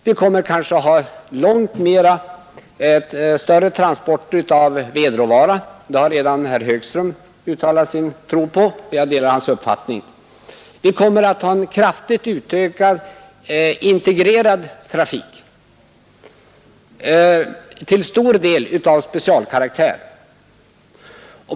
Vi kommer kanske att ha långt större transporter av vedråvara, vilket herr Högström redan sagt sig tro, och jag delar hans uppfattning. Vidare kommer vi att ha en betydligt mer integrerad trafik, till stor del av specialkaraktär.